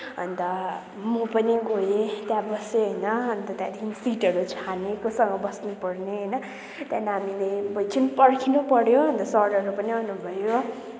अन्त म पनि गएँ त्यहाँ बसेँ होइन अन्त त्यहाँदेखि सिटहरू छाने कोसँग बस्नुपर्ने होइन त्यहाँन हामीले अब एकछिन पर्खिनु पर्यो र सरहरू पनि आउनुभयो